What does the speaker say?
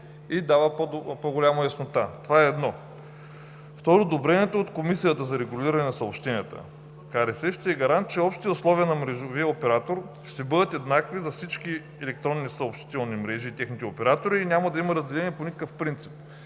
дава по-голяма яснота. Това, първо. Второ, одобрението от Комисията за регулиране на съобщенията ще е гарант, че общите условия на мрежовия оператор ще бъдат еднакви за всички електронни съобщителни мрежи и техните оператори и няма да има разделение по никакъв принцип,